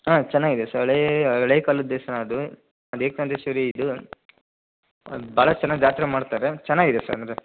ಹಾಂ ಚೆನ್ನಾಗಿದೆ ಸರ್ ಹಳೇ ಹಳೇ ಕಾಲದ್ದು ದೇವಸ್ಥಾನ ಅದು ಇದು ಭಾಳ ಚೆನ್ನಾಗಿ ಜಾತ್ರೆ ಮಾಡ್ತಾರೆ ಚೆನ್ನಾಗಿದೆ ಸರ್ ಅಂದರೆ